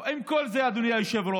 עם כל זה, אדוני היושב-ראש,